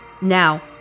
Now